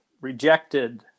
rejected